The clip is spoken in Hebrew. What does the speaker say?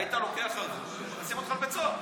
היית לוקח ערבות, היו מכניסים אותך לבית סוהר.